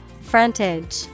Frontage